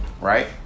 Right